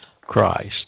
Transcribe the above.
Christ